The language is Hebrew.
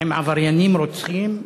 עם עבריינים רוצחים,